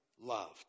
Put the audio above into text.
loved